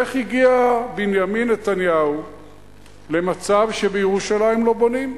איך הגיע בנימין נתניהו למצב שבירושלים לא בונים?